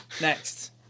next